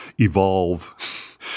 evolve